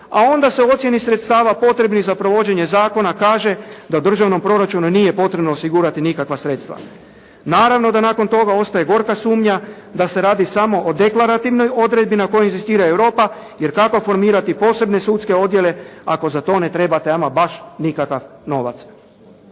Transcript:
a onda se ocjeni sredstava potrebnih za provođenje zakona kaže da državnom proračunu nije potrebno osigurati nikakva sredstva. Naravno da nakon toga ostaje gorka sumnja da se radi samo o deklarativnoj odredbi na kojoj inzistira Europa, jer kako formirati posebne sudske odjele ako za to ne trebate ama baš nikakav novac.